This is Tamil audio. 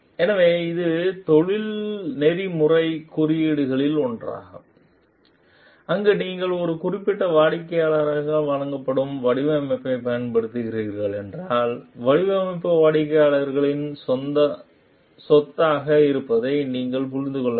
எனவே இது நெறிமுறைக் குறியீடுகளில் ஒன்றாகும் அங்கு நீங்கள் ஒரு குறிப்பிட்ட வாடிக்கையாளரால் வழங்கப்படும் வடிவமைப்பைப் பயன்படுத்துகிறீர்கள் என்றால் வடிவமைப்பு வாடிக்கையாளரின் சொத்தாக இருப்பதை நீங்கள் புரிந்து கொள்ள வேண்டும்